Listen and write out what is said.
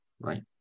right